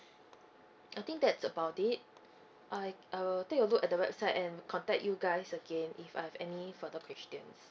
I think that's about it I I'll take a look at the website and contact you guys again if I have any further questions